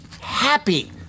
happy